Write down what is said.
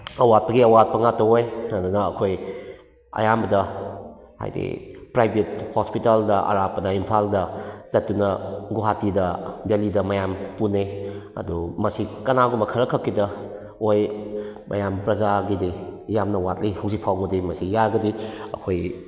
ꯑꯋꯥꯠꯄꯒꯤ ꯑꯋꯥꯠꯄ ꯉꯥꯛꯇ ꯑꯣꯏ ꯑꯗꯨꯅ ꯑꯩꯈꯣꯏ ꯑꯌꯥꯝꯕꯗ ꯍꯥꯏꯗꯤ ꯄ꯭ꯔꯥꯏꯚꯦꯠ ꯍꯣꯁꯄꯤꯇꯥꯜꯗ ꯑꯔꯥꯞꯄꯗ ꯏꯝꯐꯥꯜꯗ ꯆꯠꯇꯨꯅ ꯒꯨꯍꯥꯇꯤꯗ ꯗꯦꯂꯤꯗ ꯃꯌꯥꯝ ꯄꯨꯅꯩ ꯑꯗꯨ ꯃꯁꯤ ꯀꯅꯥꯒꯨꯝꯕ ꯈꯔ ꯈꯛꯀꯤꯗ ꯑꯣꯏ ꯃꯌꯥꯝ ꯄ꯭ꯔꯖꯥꯒꯤꯗꯤ ꯌꯥꯝꯅ ꯋꯥꯠꯂꯤ ꯍꯧꯖꯤꯛ ꯐꯥꯎꯕꯗꯤ ꯃꯁꯤ ꯌꯥꯔꯒꯗꯤ ꯑꯩꯈꯣꯏ